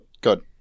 good